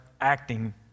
acting